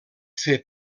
fer